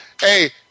Hey